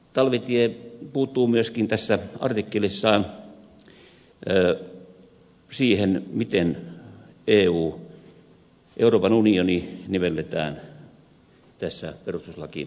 talvitie puuttuu myöskin tässä artikkelissaan siihen miten euroopan unioni nivelletään tässä perustuslakiesityksessä